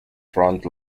front